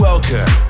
Welcome